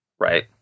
Right